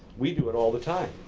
we do it all the time.